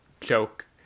joke